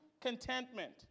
contentment